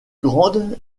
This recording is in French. grande